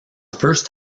first